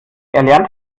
lernte